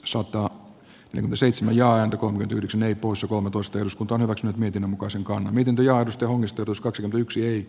sota l seitsemän ja antakoon nyt yhdeksän poissa kolmetoista eduskuntaan ovat nyt niiden mukaan se on myyty ja arvostelun istutuskaksi yksi